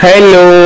Hello